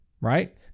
right